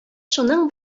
шуның